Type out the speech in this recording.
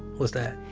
what's that?